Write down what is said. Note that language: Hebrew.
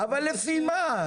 אבל לפי מה?